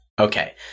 Okay